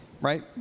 right